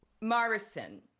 morrison